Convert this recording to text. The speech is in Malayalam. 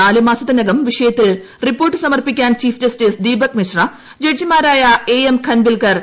നാല് മാസത്തിനകം വിഷയത്തിൽ റിപ്പോർട്ട് സമർപ്പിക്കാൻ ചീഫ് ജസ്റ്റിസ് ദീപക് മിശ്ര ജഡ്ജുമാരായ വൻവിൽക്കർ എ